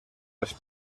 les